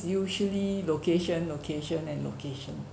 usually location location and location